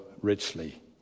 richly